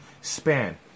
span